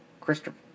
Christopher